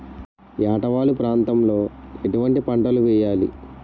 ఏటా వాలు ప్రాంతం లో ఎటువంటి పంటలు వేయాలి?